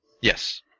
Yes